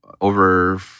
over